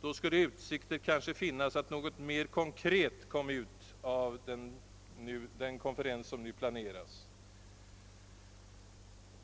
Då skulle utsikter kanske finnas att något mera konkret kom ut av den konferens som nu planeras.